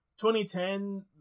2010